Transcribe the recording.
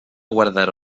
guardar